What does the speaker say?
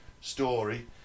story